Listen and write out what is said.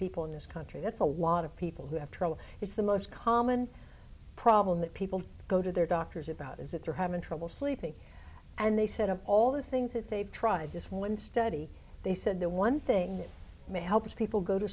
people in this country that's a lot of people who have trouble it's the most common problem that people go to their doctors about is that they're having trouble sleeping and they said of all the things that they've tried this one study they said the one thing that may help people go to